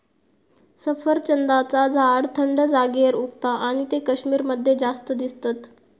सफरचंदाचा झाड थंड जागेर उगता आणि ते कश्मीर मध्ये जास्त दिसतत